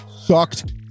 sucked